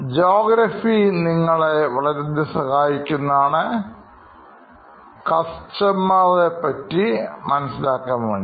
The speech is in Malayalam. ജോഗ്രഫി നിങ്ങളെ വളരെയധികം സഹായിക്കുന്നതാണ് കസ്റ്റമർ പെറ്റി മനസ്സിലാക്കുന്നതിനുവേണ്ടി